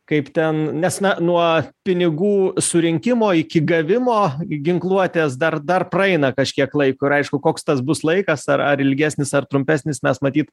kaip ten nes na nuo pinigų surinkimo iki gavimo i ginkluotės dar dar praeina kažkiek laiko ir aišku koks tas bus laikas ar ar ilgesnis ar trumpesnis mes matyt